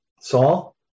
Saul